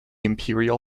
imperial